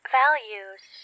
values